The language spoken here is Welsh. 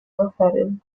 offeryn